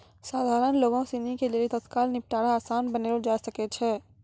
सधारण लोगो सिनी के लेली तत्काल निपटारा असान बनैलो जाय सकै छै